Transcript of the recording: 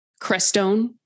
Crestone